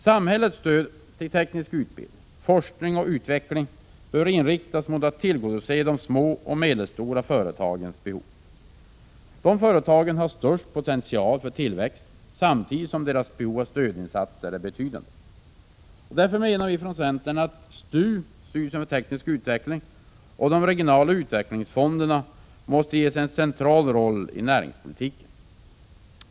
Samhällets stöd till teknisk utbildning, forskning och utveckling bör inriktas mot att tillgodose de små och medelstora företagens behov. Dessa företag har störst potential för tillväxt, samtidigt som deras behov av stödinsatser är betydande. Centern menar därför att STU, styrelsen för teknisk utveckling, och de regionala utvecklingsfonderna måste ges en central roll i näringspolitiken.